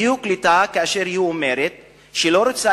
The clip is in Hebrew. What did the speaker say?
היא הוקלטה כאשר היא אומרת שהיא לא רוצה